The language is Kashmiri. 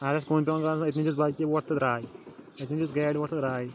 اگر اسہِ کُن پیٚوان گژھُن أتنٕے دِژ بایکہِ وۄٹھ تہٕ درٛاے أتنٕے دِژ گاڑِ وۄٹھ تہٕ درٛاے